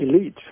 elite